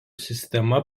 sistema